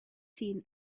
seen